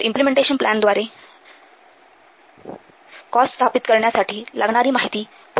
तर इम्पलेमेंटेशन प्लॅनद्वारे कॉस्ट स्थापित करण्यासाठी लागणारी माहिती पुरवली जाते